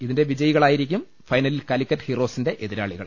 ഇതിലെ വിജയികളായിരിക്കും ഫൈനലിൽ കാലി ക്കറ്റ് ഹീറോസിന്റെ എതിരാളികൾ